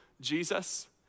Jesus